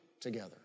together